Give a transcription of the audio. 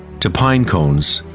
to pine cones,